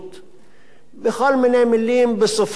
וכל מיני מלים, בסופו של דבר,